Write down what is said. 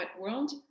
world